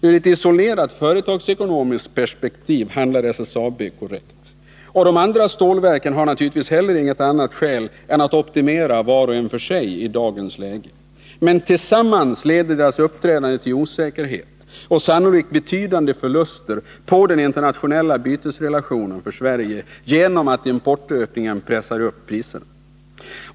Ur ett isolerat företagsekonomiskt perspektiv handlar SSAB korrekt. De andra stålverken har naturligtvis inte heller något skäl att göra annat än att optimera var för sig i dagens läge. Men tillsammans leder deras uppträdande till osäkerhet och sannolikt betydande förluster i den internationella bytesrelationen för Sverige genom att importökningen pressar upp priserna.